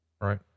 Right